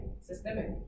systemic